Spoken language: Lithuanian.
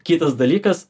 kitas dalykas